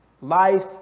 Life